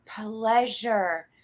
pleasure